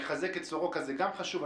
חיזוק סורוקה גם כן חשוב,